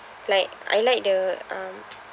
like I like the um